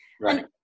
Right